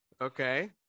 okay